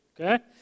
okay